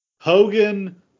Hogan